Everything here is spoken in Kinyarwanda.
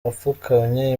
apfukamye